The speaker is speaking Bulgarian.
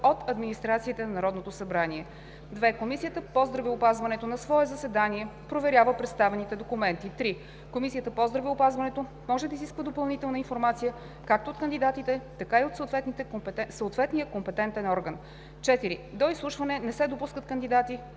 от администрацията на Народното събрание. 2. Комисията по здравеопазването на свое заседание проверява представените документи. 3. Комисията по здравеопазването може да изисква допълнителна информация както от кандидатите, така и от съответния компетентен орган. 4. До изслушване не се допускат кандидати,